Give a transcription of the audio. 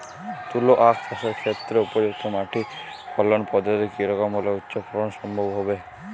তুলো আঁখ চাষের ক্ষেত্রে উপযুক্ত মাটি ফলন পদ্ধতি কী রকম হলে উচ্চ ফলন সম্ভব হবে?